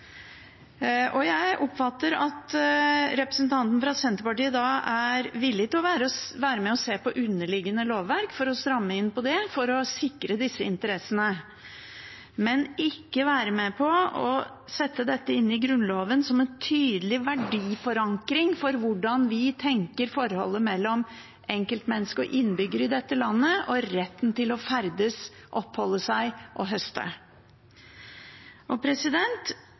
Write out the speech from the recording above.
Jeg oppfatter at representanten fra Senterpartiet er villig til å være med og se på underliggende lovverk for å stramme inn på det, for å sikre disse interessene, men ikke være med på å sette dette inn i Grunnloven som en tydelig verdiforankring for hvordan vi tenker om forholdet mellom enkeltmenneske, innbygger, i dette landet og retten til å ferdes, oppholde seg og høste.